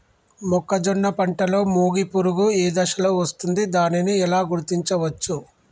మొక్కజొన్న పంటలో మొగి పురుగు ఏ దశలో వస్తుంది? దానిని ఎలా గుర్తించవచ్చు?